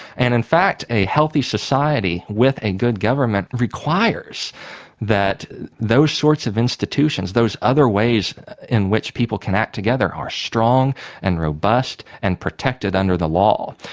and in fact a healthy society with a good government requires that those sorts of institutions, those other ways in which people can act together, are strong and robust and protected under the law.